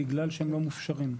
מפני שהם לא מופשרים.